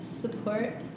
support